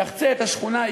יחצה את השכונה,